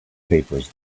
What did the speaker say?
papers